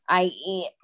IE